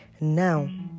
Now